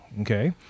Okay